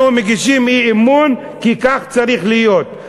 אנחנו מגישים אי-אמון כי כך צריך להיות.